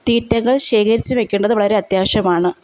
തീറ്റകള് ശേഖരിച്ചു വയ്ക്കേണ്ടത് വളരെ അത്യാവശ്യമാണ്